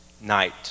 night